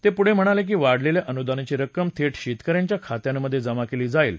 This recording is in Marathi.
ते पुढे म्हणाले की वाढलेल्या अनुदानाची रक्कम थेट शेतकऱ्यांच्या खात्यांमधे जमा केली जाईल